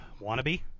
Wannabe